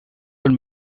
were